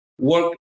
work